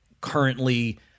currently